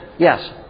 Yes